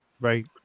Right